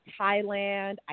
Thailand